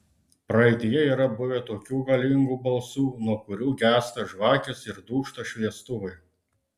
praeityje yra buvę tokių galingų balsų nuo kurių gęsta žvakės ir dūžta šviestuvai